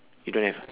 you don't have ah